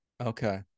Okay